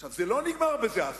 עכשיו, הסיפור לא נגמר בזה,